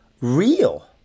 real